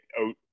out